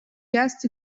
just